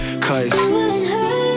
Cause